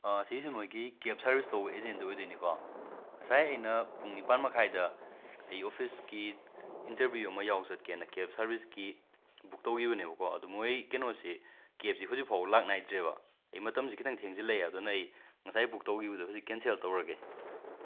ꯁꯤꯁꯦ ꯅꯣꯏꯒꯤ cab service ꯇꯧꯕ ꯑꯦꯖꯦꯟꯠꯗꯣ ꯑꯣꯏꯗꯣꯏꯅꯤꯀꯣ ꯉꯁꯥꯏ ꯑꯩꯅ ꯄꯨꯡ ꯅꯤꯄꯥꯟ ꯃꯈꯥꯏꯗ ꯑꯩ ꯑꯣꯐꯤꯁꯀꯤ ꯏꯟꯇꯔꯚꯤꯌꯨ ꯑꯃ ꯌꯥꯎ ꯆꯠꯀꯦꯅ ꯀꯦꯞ ꯁꯔꯚꯤꯁꯀꯤ ꯕꯨꯛ ꯇꯧꯈꯤꯕꯅꯦꯕꯀꯣ ꯑꯗꯣ ꯃꯣꯏ ꯀꯩꯅꯣꯁꯤ ꯀꯦꯞꯁꯤ ꯍꯧꯖꯤꯛꯐꯥꯎꯕ ꯂꯥꯛꯅꯥꯏꯗ꯭ꯔꯦꯕ ꯑꯩ ꯃꯇꯝꯁꯦ ꯈꯤꯇꯪ ꯊꯦꯡꯖꯜꯂꯛꯑꯦ ꯑꯗꯨꯅ ꯑꯩ ꯉꯁꯥꯏ ꯕꯨꯛ ꯇꯧꯈꯤꯕꯗꯣ ꯍꯧꯖꯤꯛ ꯀꯦꯟꯁꯦꯜ ꯇꯧꯔꯒꯦ